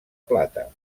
plata